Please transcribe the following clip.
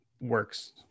works